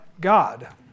God